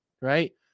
right